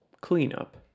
Cleanup